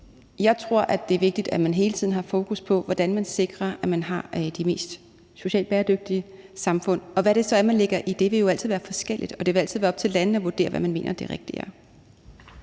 Jeg tror, at det er vigtigt, at man hele tiden har fokus på, hvordan man sikrer, at man har de mest socialt bæredygtige samfund, og hvad det så er, man lægger i det, vil jo altid være forskelligt, og det vil altid være op til landene at vurdere, hvad man mener det rigtige er.